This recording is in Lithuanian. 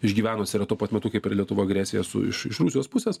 išgyvenusi yra tuo pat metu kaip ir lietuva agresijos iš iš rusijos pusės